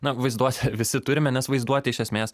na vaizduotę visi turime nes vaizduotė iš esmės